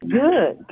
good